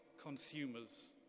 Consumers